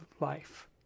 life